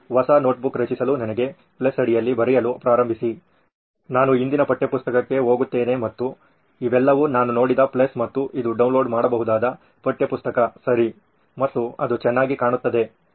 ಹೊಸ ನೋಟ್ಬುಕ್ ರಚಿಸಲು ನನಗೆ ಪ್ಲಸ್ ಅಡಿಯಲ್ಲಿ ಬರೆಯಲು ಪ್ರಾರಂಭಿಸಿ ನಾನು ಹಿಂದಿನ ಪಠ್ಯಪುಸ್ತಕಕ್ಕೆ ಹೋಗುತ್ತೇನೆ ಮತ್ತು ಇವೆಲ್ಲವೂ ನಾನು ನೋಡಿದ ಪ್ಲಸ್ ಮತ್ತು ಇದು ಡೌನ್ಲೋಡ್ ಮಾಡಬಹುದಾದ ಪಠ್ಯಪುಸ್ತಕ ಸರಿ ಮತ್ತು ಅದು ಚೆನ್ನಾಗಿ ಕಾಣುತ್ತದೆ ಅದ್ಭುತವಾಗಿದೆ